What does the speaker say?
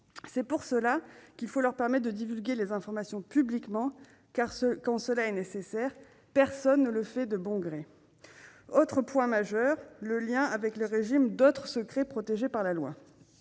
C'est pourquoi il faut leur permettre de divulguer les informations publiquement quand cela est nécessaire, ce que personne ne fait de bon gré. Le lien avec le régime d'autres secrets protégés par la loi